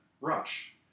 rush